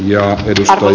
ja hallitus on